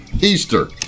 Easter